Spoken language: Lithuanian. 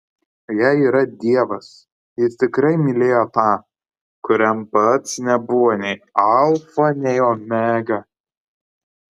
jei yra dievas jis tikrai mylėjo tą kuriam pats nebuvo nei alfa nei omega